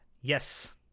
Yes